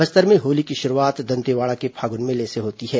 बस्तर में होली की शुरूआत दंतेवाड़ा के फागुन मेले से होती है